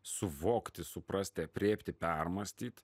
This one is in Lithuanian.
suvokti suprasti aprėpti permąstyt